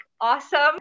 awesome